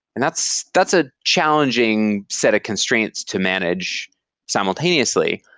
and that's that's a challenging set of constraints to manage simultaneously.